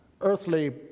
earthly